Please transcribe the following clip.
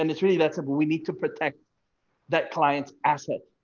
and it's really that simple. we need to protect that client's asset.